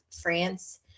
France